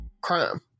crime